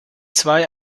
zwei